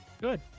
Good